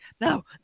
No